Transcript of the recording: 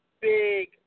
big